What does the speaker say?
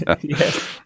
Yes